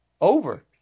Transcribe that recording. Over